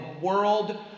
world